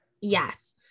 Yes